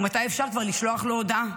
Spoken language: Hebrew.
ומתי אפשר כבר לשלוח לו הודעה.